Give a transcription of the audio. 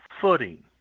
footing